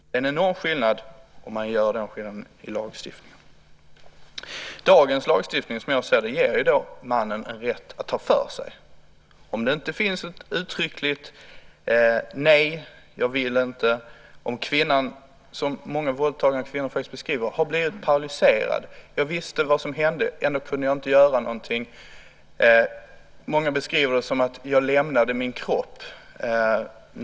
Det är en enorm skillnad om man gör den skillnaden i lagstiftningen. Som jag ser det ger dagens lagstiftning mannen en rätt att ta för sig om det inte finns ett uttryckligt: Nej, jag vill inte. Kvinnan kan, vilket många våldtagna kvinnor beskriver, ha blivit paralyserad: Jag visste vad som hände. Ändå kunde jag inte göra någonting. Många våldtagna beskriver det som: Jag lämnade min kropp.